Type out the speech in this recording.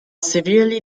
severely